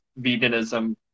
veganism